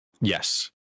yes